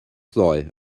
ddoe